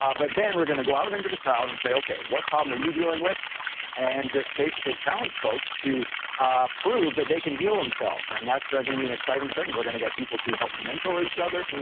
um but then we're gonna go out into the crowd and say, okay, what problem are you dealing with and just basically challenge folks to prove that they can heal themselves and that's not gonna be an exciting thing. we're gonna get people to help mentor each other.